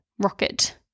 rocket